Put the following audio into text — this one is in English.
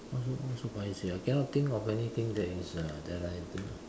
what's so paiseh I cannot think of anything that is uh that I